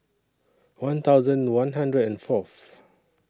one thousand one hundred and Fourth